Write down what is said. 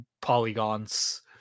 polygons